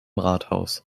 rathaus